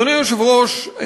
אדוני היושב-ראש,